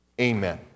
Amen